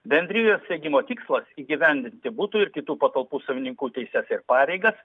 bendrijos steigimo tikslas įgyvendinti butų ir kitų patalpų savininkų teises ir pareigas